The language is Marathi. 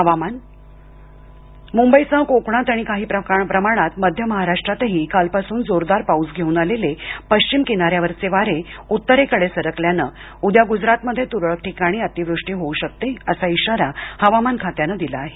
हवामान मुंबईसह कोकणात आणि काहीप्रमाणात मध्य महाराष्ट्रातही कालपासून जोरदार पाऊस घेऊन आलेले पश्चिम किनाऱ्यावरचे वारे उत्तरेकडे सरकल्यानं उद्या गुजरातमध्ये तुरळक ठिकाणी अति वृष्टी होऊ शकते असा इशारा हवामान खात्यानं दिला आहे